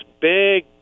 big